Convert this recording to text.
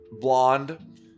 Blonde